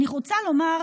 אני רוצה לומר